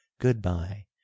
Goodbye